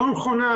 לא נכונה,